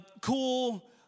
cool